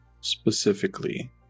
Specifically